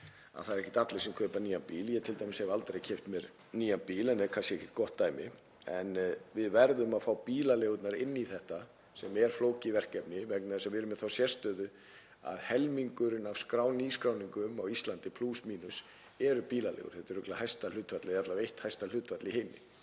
það séu ekki allir sem kaupi nýjan bíl. Ég hef t.d. aldrei keypt mér nýjan bíl en það er kannski ekki gott dæmi. Við verðum að fá bílaleigurnar inn í þetta, sem er flókið verkefni vegna þess að við erum með þá sérstöðu að helmingurinn af nýskráningum á Íslandi, plús/mínus, eru bílaleigur. Þetta er örugglega hæsta hlutfall eða alla vega eitt hæsta hlutfallið í heimi.